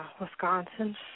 Wisconsin